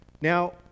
Now